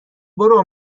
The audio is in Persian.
برو